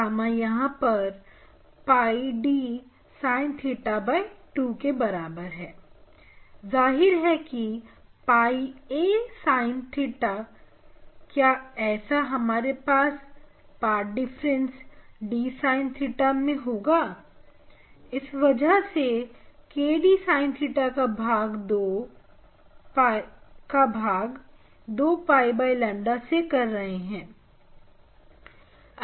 gamma यहां पर 𝝿 d sin theta 2 के बराबर है जाहिर है कि 𝝿 a sin theta क्या ऐसा हमारे पास डिफरेंस d sin theta मैं होगा इसी वजह से K d sin theta का भाग 2 𝝿 ƛ से कर रहे हैं